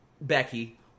Becky